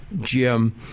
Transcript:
Jim